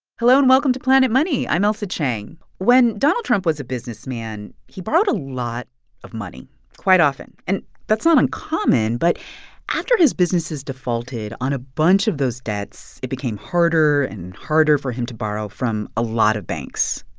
hello, and welcome to planet money. i'm ailsa chang. when donald trump was a businessman, he borrowed a lot of money quite often. and that's not uncommon. but after his businesses defaulted on a bunch of those debts, it became harder and harder for him to borrow from a lot of banks.